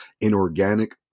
Inorganic